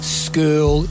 school